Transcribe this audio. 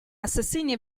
assassinii